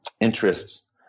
interests